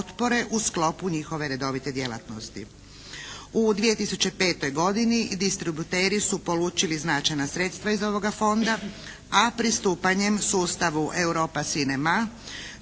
U 2005. godini distributeri su polučili značajna sredstva iz ovoga fonda, a pristupanjem sustavu Europa cinema